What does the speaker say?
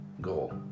goal